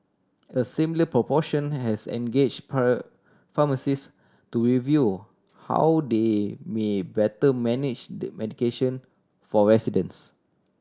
a similar proportion has engage pharmacists to review how they may better manage medication for residents